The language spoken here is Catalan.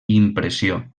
impressió